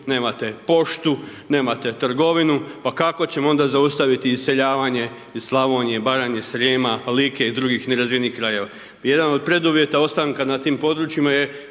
nemate poštu, nemate trgovinu, pa kako ćemo onda zaustaviti iseljavanje iz Slavonije, Baranje, Srijema, Like i drugih nerazvijenih krajeva. Jedan od preduvjeta ostanka na tim područjima je